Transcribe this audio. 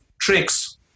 tricks